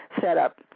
setup